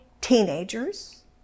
teenagers